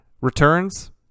returns